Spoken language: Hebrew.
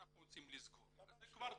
ממש לא.